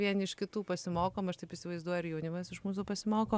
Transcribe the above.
vieni iš kitų pasimokom aš taip įsivaizduoju ir jaunimas iš mūsų pasimoko